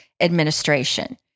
administration